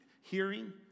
hearing